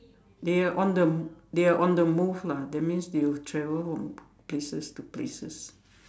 they are on the they are on the move lah that means you travel from places to places